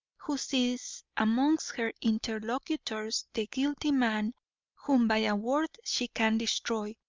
who sees amongst her interlocutors the guilty man whom by a word she can destroy,